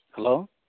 hello